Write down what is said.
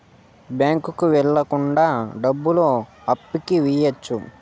బ్యాంకుకి వెళ్ళకుండా డబ్బులు పంపియ్యొచ్చు